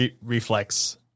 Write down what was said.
reflex